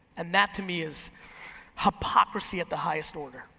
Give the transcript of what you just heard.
and that to me is hypocrisy at the highest order.